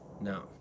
No